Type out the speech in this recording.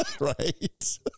Right